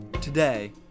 today